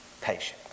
patient